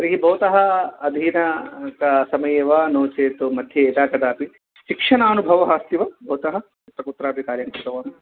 तर्हि भवतः अधीनसमये एव नो चेत् मध्ये यदा कदापि शिक्षणानुभवः अस्ति वा भवतः यत्र कुत्रापि कार्यं कृतवान् वा